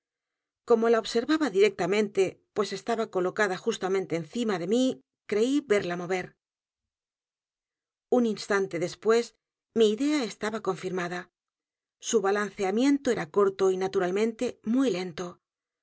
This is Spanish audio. como la observaba directamente pues estaba colocada justamente encima de mí creí verla mover un instante después mi idea estaba confirmada su balanceamiento era corto y naturalmente muy lento